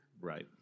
Right